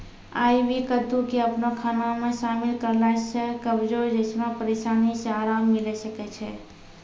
आइ.वी कद्दू के अपनो खाना मे शामिल करला से कब्जो जैसनो परेशानी से अराम मिलै सकै छै